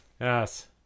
Yes